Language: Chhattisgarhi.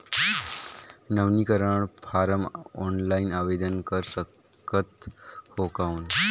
नवीनीकरण फारम ऑफलाइन आवेदन कर सकत हो कौन?